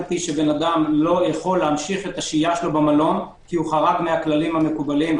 החלטתי שאדם לא יכול להמשיך שהייתו במלון כי חרג מהכללים המקובלים,